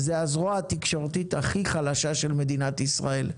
זה הזרוע התקשורתית הכי חלשה של מדינת ישראל.